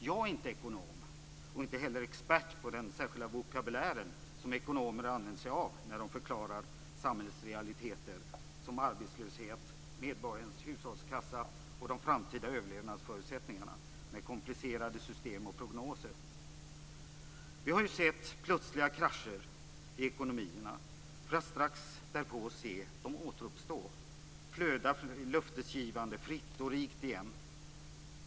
Jag är inte ekonom, och inte heller expert på den särskilda vokabulär som ekonomer har använt sig av när de förklarar samhällets realiteter om sådant som arbetslöshet, medborgarens hushållskassa och de framtida överlevnadsförutsättningarna med komplicerade system och prognoser. Vi har ju sett plötsliga krascher i ekonomierna för att strax därpå se dessa återuppstå; flöda löftesgivande fritt och rikt igen.